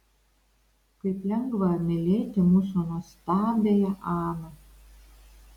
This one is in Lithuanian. kaip lengva mylėti mūsų nuostabiąją aną